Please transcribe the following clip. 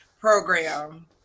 program